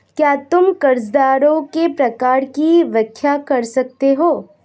क्या तुम कर्जदारों के प्रकार की व्याख्या कर सकते हो?